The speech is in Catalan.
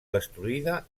destruïda